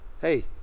hey